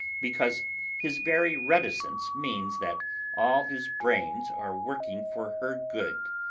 because his very reticence means that all his brains are working for her good.